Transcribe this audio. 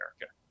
America